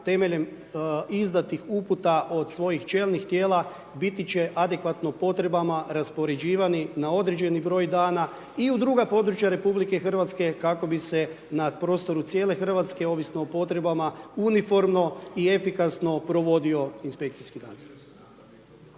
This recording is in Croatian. temeljem izdatih uputa od svojih čelnih tijela, biti će adekvatno potrebama, raspoređivani na određeni broj dana i u druga područja RH kako bi se na prostoru cijele Hrvatske, ovisno o potrebama uniforno i efikasno provodio inspekcijski nadzor.